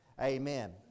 amen